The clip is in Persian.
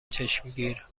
چشمگیر